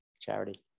charity